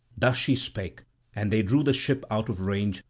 thus she spake and they drew the ship out of range,